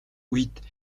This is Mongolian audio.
үед